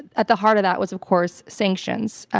at the heart of that was of course sanctions.